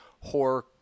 horror